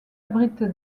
abrite